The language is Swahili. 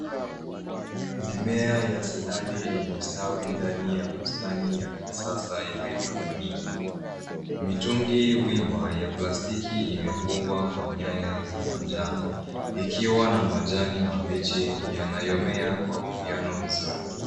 Mimea ya saladi imestawi ndani ya bustani ya kisasa ya haidroponiki. Mitungi wima ya plastiki imefungwa kwa nyaya za manjano ikiwa na majani mabichi yanayomea kwa uwiano mzuri.